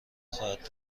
خواهد